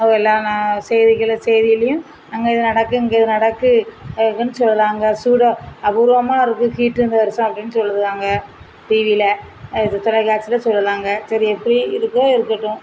எல்லாம் நான் செய்திகளை செய்திலேயும் அங்கே இது நடக்குது இங்கே இது நடக்குது சொல்லுகிறாங்க சூடாக அபூர்வமாக இருக்குது ஹீட்டு இந்த வருடம் அப்படின்னு சொல்லுவாங்க டீவியில் இது தொலைக்காட்சியில் சொல்லுவாங்க சரி எப்படி இருக்கோ இருக்கட்டும்